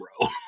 bro